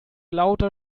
lauter